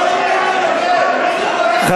את לא מתביישת?